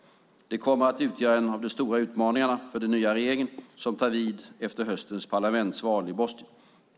Det kommer att utgöra en av de stora utmaningarna för den nya regering som tar vid efter höstens parlamentsval i Bosnien.